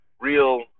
real